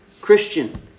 Christian